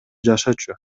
жашачу